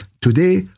Today